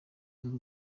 z’u